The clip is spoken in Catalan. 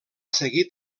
seguir